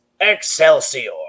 Excelsior